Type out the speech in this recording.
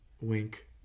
Wink